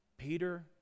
Peter